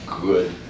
good